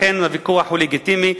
לכן הוויכוח הוא לגיטימי.